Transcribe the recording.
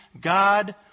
God